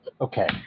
Okay